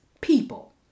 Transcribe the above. people